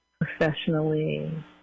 professionally